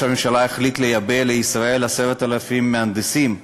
הממשלה החליט לייבא לישראל 10,000 מהנדסים.